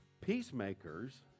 Peacemakers